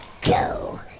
go